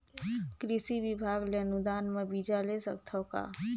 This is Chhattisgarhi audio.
कृषि विभाग ले अनुदान म बीजा ले सकथव का?